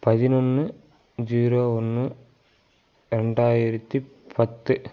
பதினொன்று ஜீரோ ஒன்று ரெண்டாயிரத்து பத்து